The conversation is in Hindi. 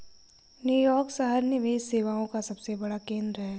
न्यूयॉर्क शहर निवेश सेवाओं का सबसे बड़ा केंद्र है